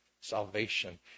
salvation